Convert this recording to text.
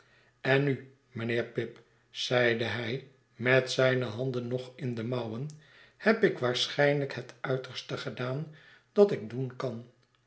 en nu mijnheer pip zeide hij met zijne handen nog in de mouwen hebik waarschijnlijk het uiterste gedaan dat ik doenkan maar